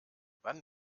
wann